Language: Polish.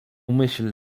myśl